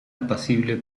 apacible